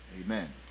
Amen